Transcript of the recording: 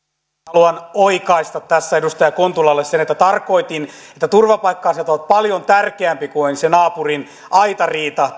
haluan oikaista tässä edustaja kontulalle sen että tarkoitin että turvapaikka asiat ovat paljon tärkeämpiä kuin se naapurin aitariita